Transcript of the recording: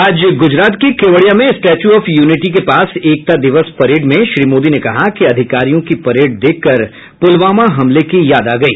आज गुजरात के केवडिया में Statue of Unity Ekta Diwas एकता दिवस परेड में श्री मोदी ने कहा कि अधिकारियों की परेड देखकर पुलवामा हमले की याद आ गई